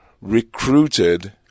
recruited